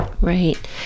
Right